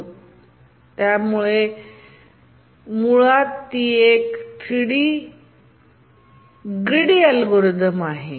अशा प्रकारे मुळात ती एक ग्रिडी अल्गोरिदम आहे